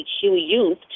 youth